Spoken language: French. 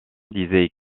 disaient